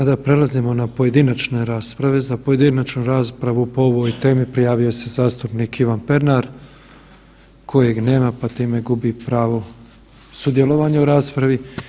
Sada prelazimo na pojedinačne rasprave, za pojedinačnu raspravu po ovoj temi prijavio se zastupnik Ivan Pernar kojeg nema pa time gubi pravo sudjelovanja u raspravi.